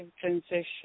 transition